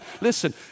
Listen